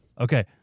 Okay